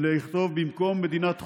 ובמקום "מדינת חוץ"